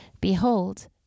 Behold